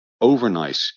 overnight